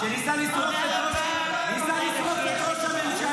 -- שניסה לשרוף את ראש הממשלה.